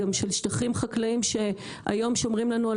גם של שטחים חקלאיים שהיום שומרים לנו על